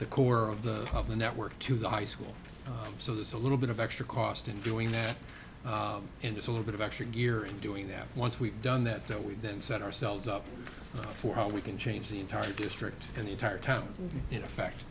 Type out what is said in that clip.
the core of the of the network to the high school so there's a little bit of extra cost in doing that and it's a little bit of extra gear in doing that once we've done that that we didn't set ourselves up for how we can change the entire district an entire town in effect